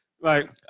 Right